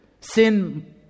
Sin